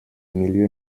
milieu